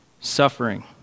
Suffering